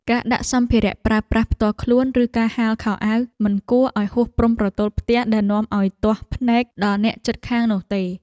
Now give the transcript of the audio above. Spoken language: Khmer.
ការដាក់សម្ភារៈប្រើប្រាស់ផ្ទាល់ខ្លួនឬការហាលខោអាវមិនគួរឱ្យហួសព្រំប្រទល់ផ្ទះដែលនាំឱ្យទាស់ភ្នែកដល់អ្នកជិតខាងនោះទេ។